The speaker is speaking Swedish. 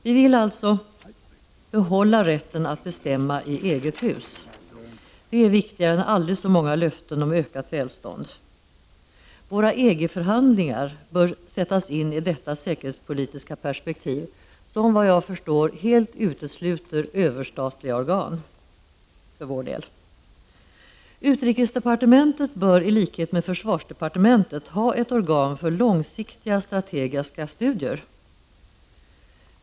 Vi vill alltså behålla rätten att bestämma i eget hus, och det är viktigare än aldrig så många löften om ökat välstånd. Våra EG-förhandlingar bör sättas in i detta säkerhetspolitiska perspektiv, som såvitt jag förstår helt utesluter överstatliga organ för vår del. Utrikesdepartementet bör i likhet med försvarsdepartementet ha ett organ för långsiktiga strategiska studier.